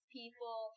people